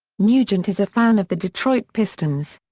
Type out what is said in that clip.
nugent is a fan of the detroit pistons.